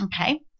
okay